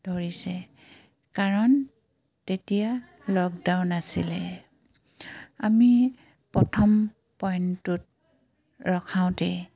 ধৰিছে কাৰণ তেতিয়া লকডাউন আছিলে আমি প্ৰথম পইণ্টটোত ৰখাওঁতেই